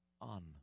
on